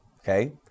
okay